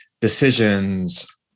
decisions